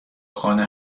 خانه